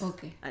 Okay